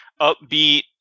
upbeat